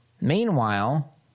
Meanwhile